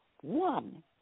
one